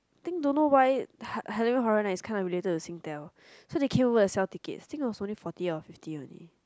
think don't know why ha~ halloween horror night is kinda related to Singtel so they came over to sell ticket I think is only forty or fifty only